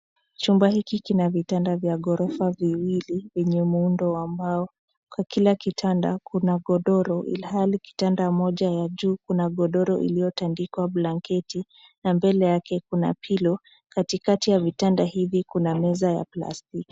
Chumba hiki kina vitanda vya ghorofa viwili, vyenye muundo wa mbao. Kwa kila kitanda kuna godoro ilhali kitanda moja ya juu kuna godoro iliyotandikwa blanketi na mbele yake kuna pillow . Katikati ya vitanda hivi kuna meza ya plastiki.